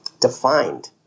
defined